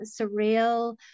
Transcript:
surreal